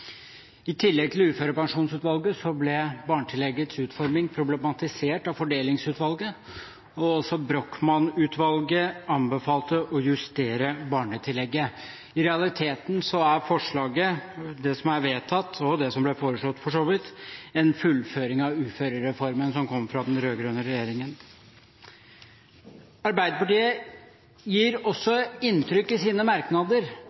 I tillegg til Uførepensjonsutvalget ble barnetilleggets utforming problematisert av Fordelingsutvalget, og også Brochmann-utvalget anbefalte å justere barnetillegget. I realiteten er forslaget – det som er vedtatt, og det som ble foreslått, for så vidt – en fullføring av uførereformen som kom fra den rød-grønne regjeringen. Arbeiderpartiet gir også i sine merknader